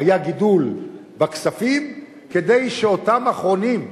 היה גידול בכספים כדי שאותם האחרונים,